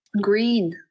green